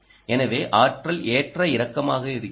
எனவே ஆற்றல் ஏற்ற இறக்கமாக இருக்கிறது